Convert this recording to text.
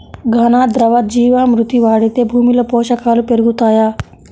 ఘన, ద్రవ జీవా మృతి వాడితే భూమిలో పోషకాలు పెరుగుతాయా?